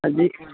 હા જી